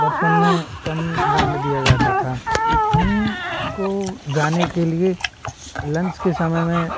बचपन में कम जाने दिया जाता था हम को जाने के लिए लंच के समय में